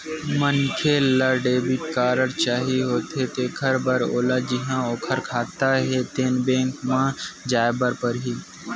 मनखे ल debit card चाही होथे तेखर बर ओला जिहां ओखर खाता हे तेन बेंक म जाए बर परही